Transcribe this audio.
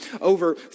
over